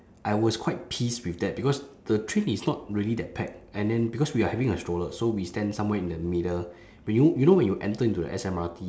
I was quite pissed with that because the train is not really that packed and then because we are having a stroller so we stand somewhere in the middle when you you know when you enter into the S_M_R_T